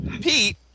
pete